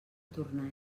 tornar